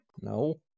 No